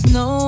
no